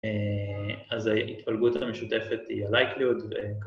‫אז ההתפלגות המשותפת ‫היא ה-likelihood.